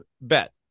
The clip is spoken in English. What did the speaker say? Bet